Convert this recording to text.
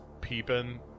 peeping